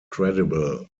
credible